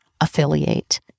affiliate